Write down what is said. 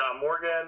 Morgan